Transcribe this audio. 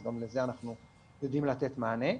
אז גם לזה אנחנו יודעים לתת מענה.